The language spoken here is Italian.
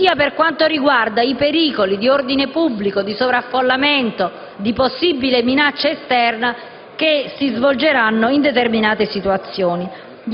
sia per quanto riguarda i pericoli di ordine pubblico, di sovraffollamento e di possibile minaccia esterna che si verificheranno in determinate situazioni.